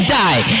die